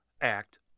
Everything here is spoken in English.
act